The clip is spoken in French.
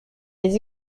les